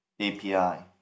API